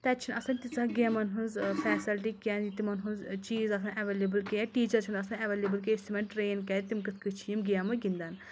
تَتہِ چھِنہٕ آسان تیٖژاہ گَیمَن ہٕنٛز فَیسَلٹی کینٛہہ یہِ تِمَن ہٕنٛز چیٖز آسان اَیوَیٚلیبٕل کینٛہہ ٹیٖچَر چھِنہٕ آسان اَیوَیٚلیبٕل کینٛہہ أسۍ تِمَن ٹرَیٚن کیازِ تِم کِتھ کٔنۍ چھِ یِم گَیٚمہٕ گِنٛدان